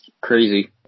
Crazy